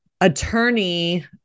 attorney